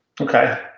Okay